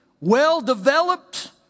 well-developed